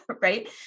right